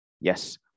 Yes